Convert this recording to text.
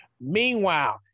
Meanwhile